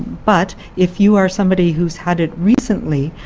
but if you are somebody who has had it recently,